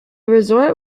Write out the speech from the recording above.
resort